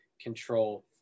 control